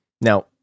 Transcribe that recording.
Now